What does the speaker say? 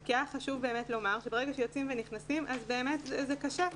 כי היה חשוב באמת לומר שברגע שיוצאים ונכנסים באמת זה קשה.